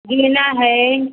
गेंदा है